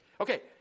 Okay